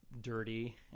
dirty